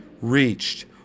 reached